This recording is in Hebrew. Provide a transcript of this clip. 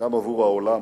גם עבור העולם.